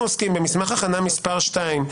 אנחנו עוסקים במסמך הכנה מס' 2,